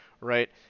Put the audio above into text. right